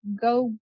Go